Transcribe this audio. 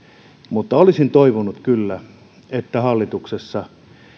mutta olisin toivonut kyllä että hallituksessa